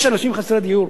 יש אנשים חסרי דיור.